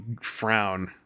frown